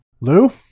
Lou